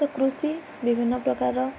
ତ କୃଷି ବିଭିନ୍ନ ପ୍ରକାରର